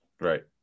Right